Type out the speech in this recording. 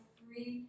three